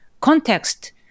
context